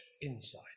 inside